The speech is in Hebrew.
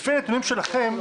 לפי הנתונים שלכם: